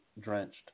drenched